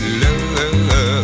love